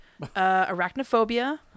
Arachnophobia